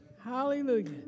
hallelujah